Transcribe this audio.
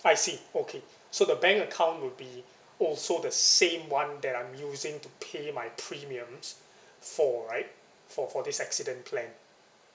I see okay so the bank account will be also the same one that I'm using to pay my premiums for right for for this accident plan